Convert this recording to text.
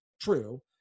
true